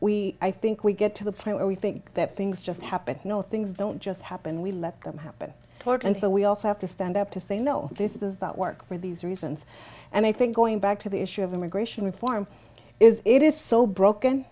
i think we get to the point where we think that things just happen you know things don't just happen we let them happen and so we also have to stand up to say no this is not work for these reasons and i think going back to the issue of immigration reform is it is so broken